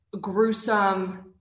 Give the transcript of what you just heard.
gruesome